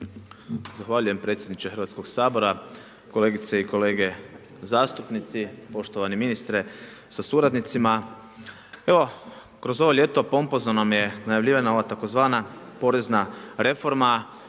Zahvaljujem predsjedniče Hrvatskog sabora. Kolegice i kolege zastupnici, poštovani ministre sa suradnicima. Evo, kroz ovo ljeto pompozno nam je najavljivana ova tzv. porezna reforma